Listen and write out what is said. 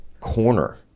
corner